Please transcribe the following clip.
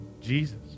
Jesus